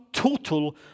total